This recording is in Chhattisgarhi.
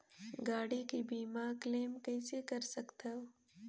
गाड़ी के बीमा क्लेम कइसे कर सकथव?